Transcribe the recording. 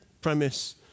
premise